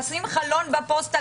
לשים חלון בפוסטה,